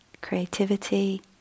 creativity